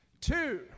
two